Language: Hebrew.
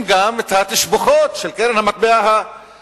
גם את התשבחות של קרן המטבע הבין-לאומית,